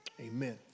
Amen